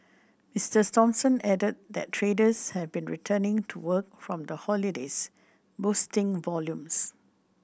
Mister Thompson added that traders have been returning to work from the holidays boosting volumes